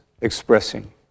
expressing